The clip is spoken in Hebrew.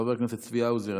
חבר הכנסת צבי האוזר,